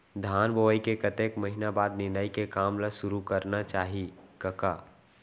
धान बोवई के कतेक महिना बाद निंदाई के काम ल सुरू करना चाही कका?